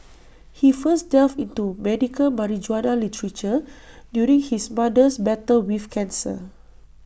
he first delved into medical marijuana literature during his mother's battle with cancer